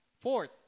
Fourth